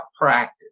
practice